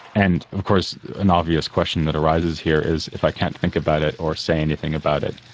and of course an obvious question that arises here is if i can't think about it or say anything about it,